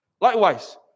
Likewise